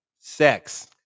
Sex